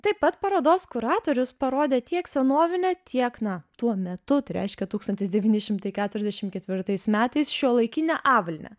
taip pat parodos kuratorius parodė tiek senovinę tiek na tuo metu tai reiškia tūkstantis devyni šimtai keturiasdešim ketvirtais metais šiuolaikinę avalynę